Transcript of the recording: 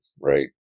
right